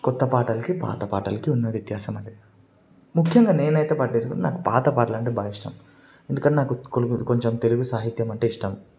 కొత్తపాటలకి పాతపాటలకి ఉన్న వ్యత్యాసం అది ముఖ్యంగా నేనైతే పట్టించుకునేది పాత పాటలు అంటే బా ఇష్టం ఎందుకంటే నాకు కొంచ్ కొంచెం తెలుగు సాహిత్యం అంటే ఇష్టం